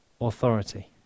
authority